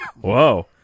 Whoa